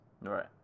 Right